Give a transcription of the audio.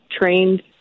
trained